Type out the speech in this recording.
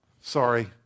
Sorry